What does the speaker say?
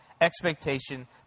expectation